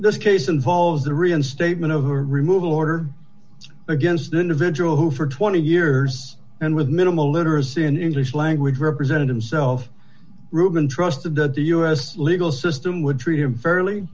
this case involves the reinstatement of her removal order against the individual who for twenty years and with minimal literacy in english language represented himself reuben trusted that the us legal system would treat him fairly